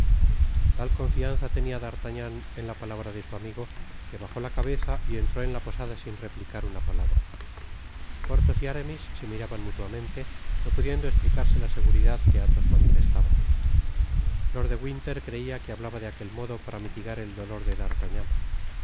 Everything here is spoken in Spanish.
tal confianza tenia d'artagnan en la palabra de su amigo que bajó la cabeza y entró en la posada sin replicar una palabra porthos y aramis se miraban mutuamente no pudiendo esplicarse la seguridad que athos manifestaba lord de winler creia que hablába de aquel modo para mitigar el dolor de d'artagnan